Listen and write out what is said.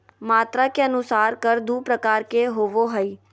मात्रा के अनुसार कर दू प्रकार के होबो हइ